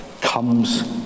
comes